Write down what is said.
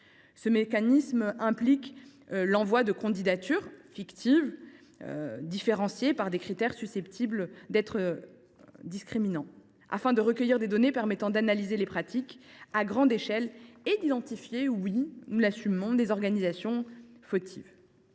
Ce mécanisme implique l’envoi de candidatures fictives, différenciées par des critères susceptibles d’être discriminants, afin de recueillir des données permettant d’analyser les pratiques discriminatoires à grande échelle et d’identifier les organisations fautives.